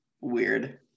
weird